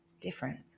different